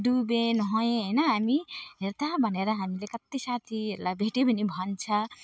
डुबेँ नुहाएँ होइन हामी हेर त भनेर हामीले कति साथीहरूलाई भेट्यो भने भन्छ